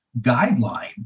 guideline